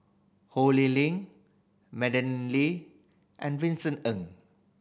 Ho Lee Ling Madeleine Lee and Vincent Ng